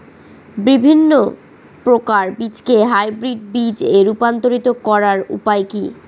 বিভিন্ন প্রকার বীজকে হাইব্রিড বীজ এ রূপান্তরিত করার উপায় কি?